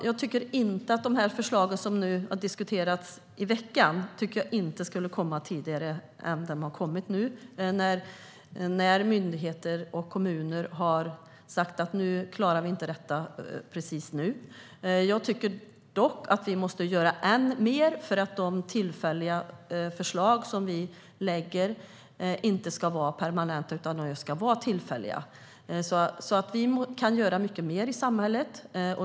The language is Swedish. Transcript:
Jag tycker inte att de förslag som har diskuterats den gångna veckan skulle ha kommit tidigare. Nu har myndigheter och kommuner sagt att man inte klarar detta just nu. Jag tycker dock att vi måste göra än mer för att de tillfälliga förslag som vi lägger fram inte ska vara permanenta utan just tillfälliga. Vi kan göra mycket mer i samhället.